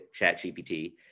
ChatGPT